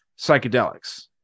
psychedelics